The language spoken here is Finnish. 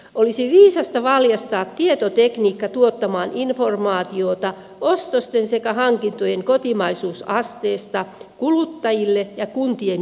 olisi viisasta valjastaa tietotekniikka tuottamaan informaatiota ostosten sekä hankintojen kotimaisuusasteesta kuluttajille ja kuntien kilpailutuksiin